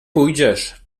pójdziesz